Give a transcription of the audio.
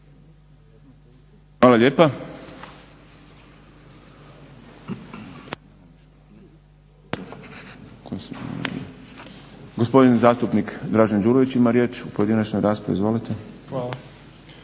Hvala lijepa. Gospodin zastupnik Dražen Đurović ima riječ u pojedinačnoj raspravi. Izvolite.